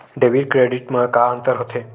Debit credit मा का अंतर होत हे?